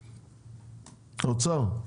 האוצר,